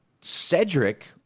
cedric